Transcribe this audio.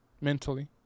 mentally